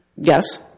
Yes